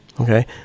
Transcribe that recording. Okay